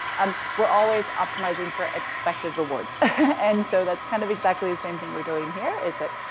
um, we're always optimizing for expected rewards and so that's kind of exactly the same thing we're doing here is that,